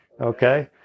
okay